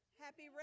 happy